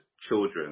children